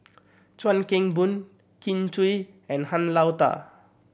Chuan Keng Boon Kin Chui and Han Lao Da